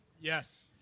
Yes